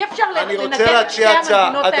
אי אפשר לנגן את שתי המנגינות האלה במקביל.